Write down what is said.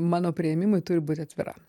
mano priėmimui turi būt atvira